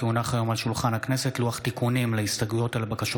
כי הונח היום על שולחן הכנסת לוח תיקונים להסתייגויות ולבקשות